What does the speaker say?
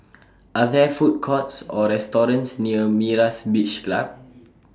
Are There Food Courts Or restaurants near Myra's Beach Club